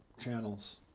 channels